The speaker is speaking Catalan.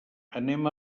anem